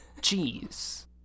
Jeez